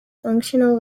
functional